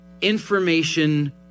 information